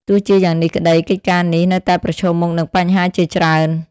ទោះជាយ៉ាងនេះក្តី កិច្ចការនេះនៅតែប្រឈមមុខនឹងបញ្ហាជាច្រើន។